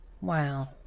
wow